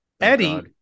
Eddie